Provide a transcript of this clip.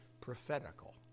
prophetical